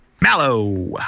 Mallow